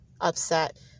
upset